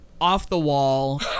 off-the-wall